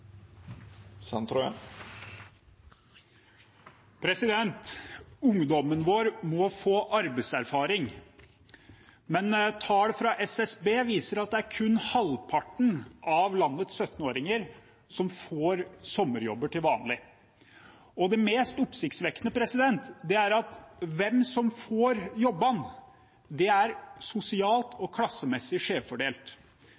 Ungdommen vår må få arbeidserfaring. Men tall fra SSB viser at det er kun halvparten av landets 17-åringer som får sommerjobber til vanlig, og det mest oppsiktsvekkende er at hvem som får jobbene, er sosialt